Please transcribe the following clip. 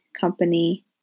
company